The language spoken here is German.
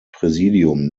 präsidium